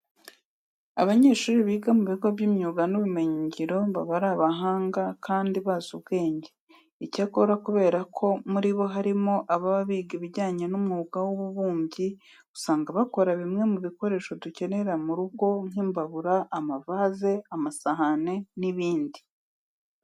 Abanyeshuri biga mu bigo by'imyuga n'ubumenyingiro baba ari abahanga kandi bazi ubwenge. Icyakora kubera ko muri bo harimo ababa biga ibijyanye n'umwuga w'ububumbyi, usanga bakora bimwe mu bikoresho dukenera mu rugo nk'imbabura, amavaze, amasahane n'ibindi.